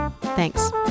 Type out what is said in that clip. thanks